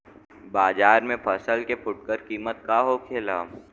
बाजार में फसल के फुटकर कीमत का होखेला?